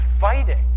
fighting